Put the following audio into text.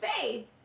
faith